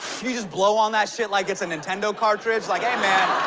you just blow on that shit like it's a nintendo cartridge. like, hey man.